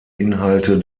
inhalte